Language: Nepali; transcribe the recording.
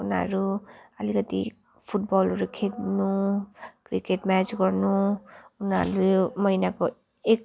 उनीहरू अलिकति फुटबलहरू खेल्नु क्रिकेट म्याच गर्नु उनीहरू महिनाको एक